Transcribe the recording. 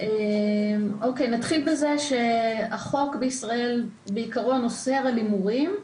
נתחיל בזה שהחוק בישראל בעיקרון אוסר על הימורים,